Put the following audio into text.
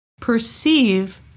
perceive